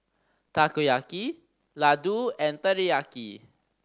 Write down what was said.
Takoyaki Ladoo and Teriyaki